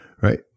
Right